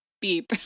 beep